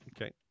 Okay